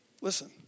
listen